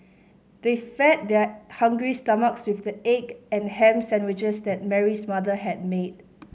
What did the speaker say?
they fed their hungry stomachs with the egg and ham sandwiches that Mary's mother had made